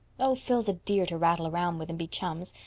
oh, phil's a dear to rattle round with and be chums.